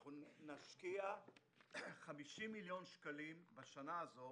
אנחנו נשקיע 50 מיליון שקלים בשנה הזו